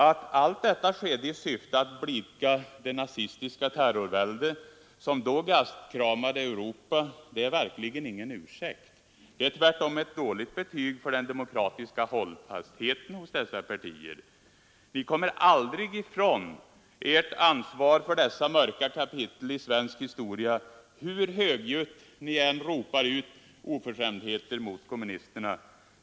Att allt detta skedde i syfte att blidka det nazistiska terrorvälde som då gastkramade Europa är verkligen ingen ursäkt. Det är tvärtom ett dåligt betyg för den demokratiska hållfastheten. Ni kommer aldrig ifrån ert ansvar för dessa mörka kapitel i svensk historia, hur högljutt ni än ropar ut oförskämdheter mot kommunisterna.